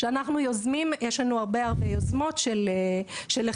כשאנחנו יוזמים יש לנו הרבה יוזמות של החזרים.